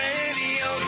Radio